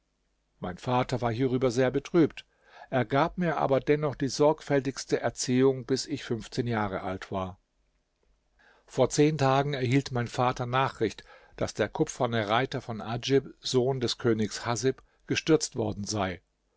mein vater ward hierüber sehr betrübt er gab mir aber dennoch die sorgfältigste erziehung bis ich fünfzehn jahre alt war vor zehn tagen erhielt mein vater nachricht daß der kupferne reiter von adjib sohn des königs haßib gestürzt worden sei